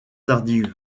tardive